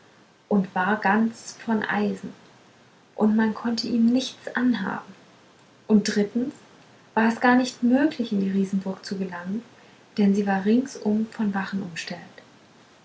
und war ganz von eisen und man konnte ihm nichts anhaben und drittens war es gar nicht möglich in die riesenburg zu gelangen denn sie war ringsum von wachen umstellt